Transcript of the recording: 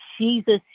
Jesus